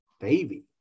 Baby